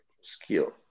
skill